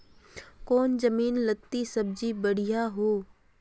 कौन जमीन लत्ती सब्जी बढ़िया हों?